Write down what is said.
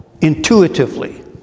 intuitively